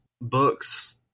Books